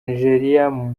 niger